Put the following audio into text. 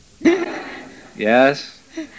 yes